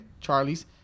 Charlie's